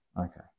Okay